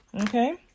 okay